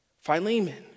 Philemon